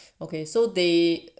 okay so they